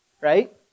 Right